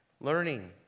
learning